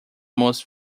most